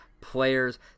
players